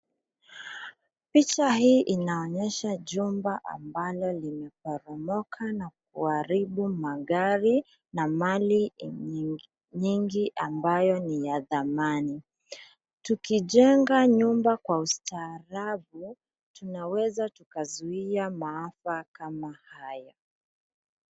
Picha hii inaonyesha jumba ambalo limeporomoka na kuharibu magari na mali nyingi ambayo ni ya thamani. Tukijenga nyumba kwa ustaarabu tunaweza tukazuia maafa kama haya.